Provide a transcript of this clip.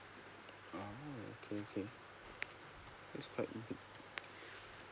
oh okay okay that's quite big